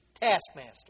taskmaster